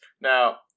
Now